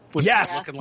yes